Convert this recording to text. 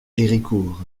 héricourt